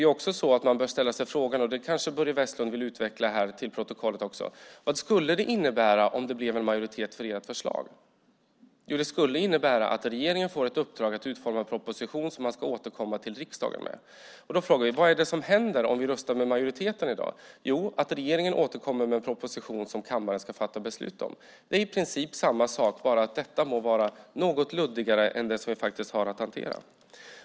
Man bör också ställa sig frågan, som Börje Vestlund kanske också vill utveckla till protokollet: Vad skulle det innebära om det blev en majoritet för ert förslag? Jo, det skulle innebära att regeringen fick ett uppdrag att utforma en proposition som man skulle återkomma till riksdagen med. Då frågar vi: Vad är det som händer om vi röstar med majoriteten i dag? Jo, då återkommer regeringen med en proposition som kammaren ska fatta beslut om. Det är i princip samma sak, bara att detta må vara något luddigare än det som vi faktiskt har att hantera.